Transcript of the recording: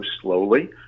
slowly